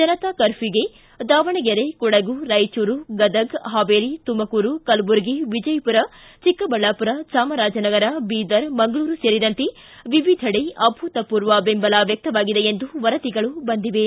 ಜನತಾ ಕರ್ಫ್ಲೂಗೆ ದಾವಣಗೆರೆ ಕೊಡಗು ರಾಯಚೂರು ಗದಗ್ ಹಾವೇರಿ ತಮಕೂರು ಕಲಬುರ್ಗಿ ವಿಜಯಮರ ಚಿಕ್ಕಬಳ್ಯಾಮರ ಚಾಮರಾಜನಗರ ಮಂಗಳೂರು ಸೇರಿದಂತೆ ವಿವಿಧೆಡೆ ಅಭೂತಮೂರ್ವ ಬೆಂಬಲ ವ್ಯಕ್ತವಾಗಿದೆ ಎಂದು ವರದಿಗಳು ಬಂದಿವೆ